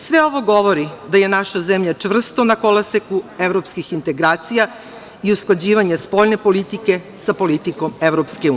Sve ovo govori da je naša zemlja čvrsto na koloseku evropskih integracija i usklađivanje spoljne politike sa politikom EU.